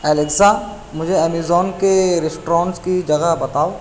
Alexa مجھے Amazon کے restaurants کی جگہ بتاؤ